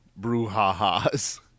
brouhaha's